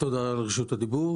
תודה על רשות הדיבור.